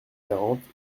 quarante